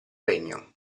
regno